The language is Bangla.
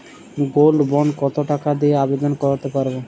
গোল্ড বন্ড কত টাকা দিয়ে আবেদন করতে পারবো?